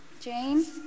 Jane